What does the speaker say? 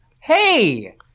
hey